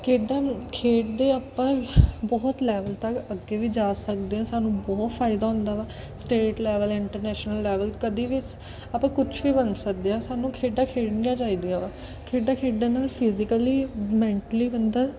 ਖੇਡਾਂ ਖੇਡਦੇ ਆਪਾਂ ਬਹੁਤ ਲੈਵਲ ਤੱਕ ਅੱਗੇ ਵੀ ਜਾ ਸਕਦੇ ਹਾਂ ਸਾਨੂੰ ਬਹੁਤ ਫ਼ਾਇਦਾ ਹੁੰਦਾ ਵਾ ਸਟੇਟ ਲੈਵਲ ਇੰਟਰਨੈਸ਼ਨਲ ਲੈਵਲ ਕਦੇ ਵੀ ਆਪਾਂ ਕੁਛ ਵੀ ਬਣ ਸਕਦੇ ਹਾਂ ਸਾਨੂੰ ਖੇਡਾਂ ਖੇਡਣੀਆਂ ਚਾਹੀਦੀਆਂ ਵਾ ਖੇਡਾਂ ਖੇਡਣ ਨਾਲ ਫਿਜ਼ੀਕਲੀ ਮੈਂਟਲੀ ਬੰਦਾ